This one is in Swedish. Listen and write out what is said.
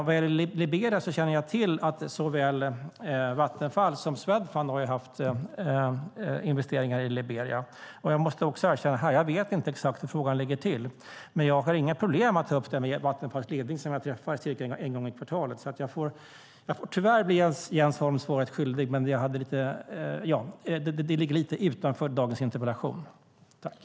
Vad gäller Liberia känner jag till att såväl Vattenfall som Swedfund har haft investeringar i Liberia, men jag måste erkänna att jag inte vet exakt hur det ligger till. Jag har inga problem att ta upp frågan med Vattenfalls ledning, som jag träffar ungefär en gång i kvartalet. Tyvärr blir jag Jens Holm svaret skyldig. Frågan ligger lite utanför dagens interpellationsdebatt.